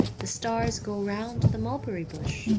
the stars go round the mulberry bush,